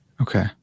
Okay